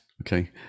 okay